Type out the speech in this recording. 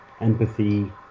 empathy